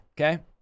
Okay